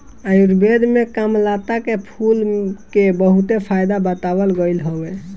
आयुर्वेद में कामलता के फूल के बहुते फायदा बतावल गईल हवे